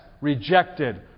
rejected